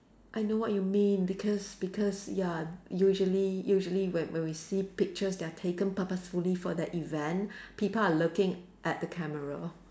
I know what you mean because because ya usually usually when when we see pictures that are taken purposefully for the event people are looking at the camera